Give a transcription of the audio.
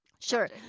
Sure